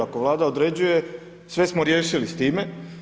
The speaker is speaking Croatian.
Ako Vlada određuje sve smo riješili s time.